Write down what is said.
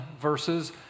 verses